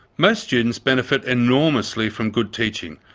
most students benefit enormously from good teaching,